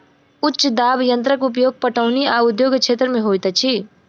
उच्च दाब यंत्रक उपयोग पटौनी आ उद्योग क्षेत्र में होइत अछि